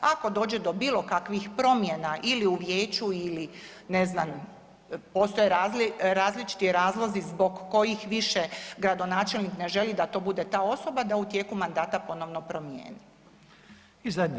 Ako dođe do bilo kakvih promjena ili u vijeću ne znam postoje različiti razlozi zbog kojih više gradonačelnik ne želi da to bude ta osoba, da u tijeku mandata ponovno promijeni.